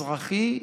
אזרחי,